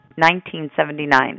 1979